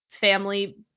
family